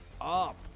up